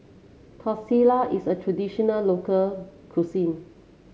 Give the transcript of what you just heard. tortillas is a traditional local cuisine